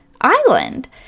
island